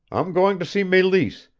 i'm going to see meleese,